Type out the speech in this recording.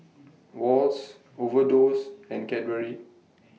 Wall's Overdose and Cadbury